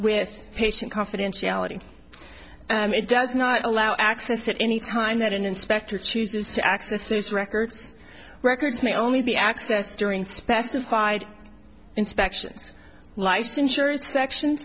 with patient confidentiality it does not allow access that any time that an inspector chooses to access those records records may only be accessed during specified inspections life insurance section